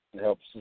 helps